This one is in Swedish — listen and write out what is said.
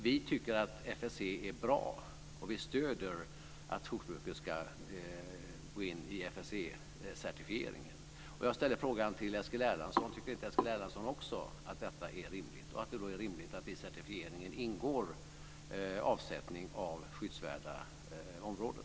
Vi tycker att FSE är bra, och vi stöder tanken att jordbruket ska gå in i FSE Tycker inte också Eskil Erlandsson att detta är rimligt och att det är rimligt att det i certifieringen ingår avsättning av skyddsvärda områden?